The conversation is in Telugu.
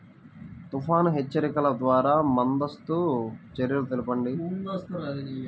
తుఫాను హెచ్చరికల ద్వార ముందస్తు చర్యలు తెలపండి?